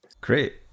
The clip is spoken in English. great